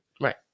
Right